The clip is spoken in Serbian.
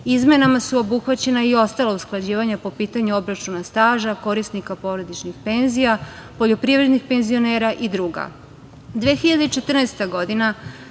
Izmenama su obuhvaćena i ostala usklađivanja po pitanju obračuna staža korisnika porodičnih penzija, poljoprivrednih penzionera i druga. Godine